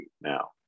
now